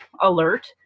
alert